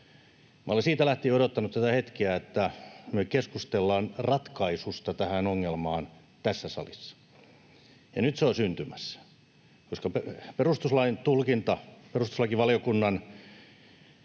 olen siitä lähtien odottanut tätä hetkeä, että me keskustellaan ratkaisusta tähän ongelmaan tässä salissa, ja nyt se on syntymässä, koska perustuslain tulkinta, perustuslakivaliokunnan